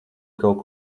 kaut